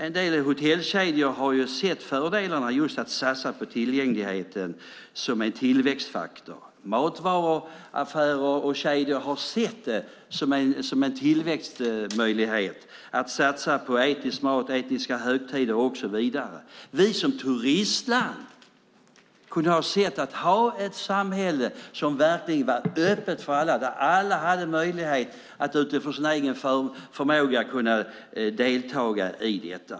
En del hotellkedjor har sett fördelarna med att satsa på just tillgängligheten som en tillväxtfaktor. Matvaruaffärer och kedjor har sett det som en tillväxtmöjlighet att satsa på etnisk mat, etniska högtider och så vidare. Vi som turistland skulle kunna ha ett samhälle som verkligen är öppet för alla och där alla har möjlighet att utifrån sin egen förmåga delta i detta.